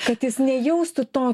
kad jis nejaustų to